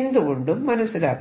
എന്തുകൊണ്ടും മനസിലാക്കാം